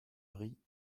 rit